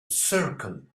circle